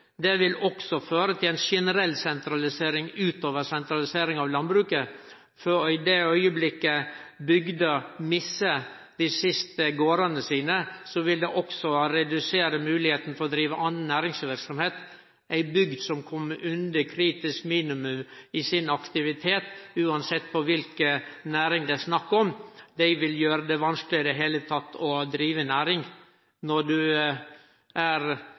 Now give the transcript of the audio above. det vil også føre til ei generell sentralisering utover sentraliseringa av landbruket, for i den augneblinken bygda mister dei siste gardane sine, vil også moglegheitene for å drive anna næringsverksemd bli reduserte. Kjem ei bygd under eit kritisk minimum i sin aktivitet, uansett kva for næring det er snakk om, vil det bli vanskelegare å drive næring i det heile tatt. Når det er lite folk igjen i bygda, er